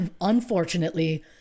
unfortunately